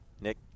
Nick